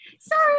Sorry